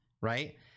right